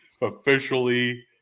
officially